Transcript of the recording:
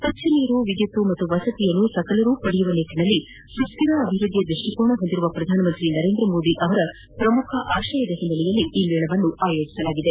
ಸ್ವಚ್ನ ನೀರು ವಿದ್ಯುತ್ ಹಾಗೂ ವಸತಿಯನ್ನು ಸಕಲರೂ ಪಡೆಯುವ ನಿಟ್ಲನಲ್ಲಿ ಸುಕ್ತರ ಅಭಿವೃದ್ದಿಯ ದೃಷ್ಷಿಕೋನ ಹೊಂದಿರುವ ಶ್ರಧಾನಮಂತ್ರಿ ನರೇಂದ್ರ ಮೋದಿ ಅವರ ಪ್ರಮುಖ ಆಶಯದ ಹಿನೈಲೆಯಲ್ಲಿ ಈ ಮೇಳವನ್ನು ಆಯೋಜಿಸಲಾಗಿದೆ